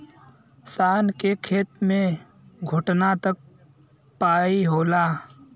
शान के खेत मे घोटना तक पाई होला